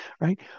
right